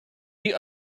the